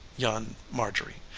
yawned marjorie.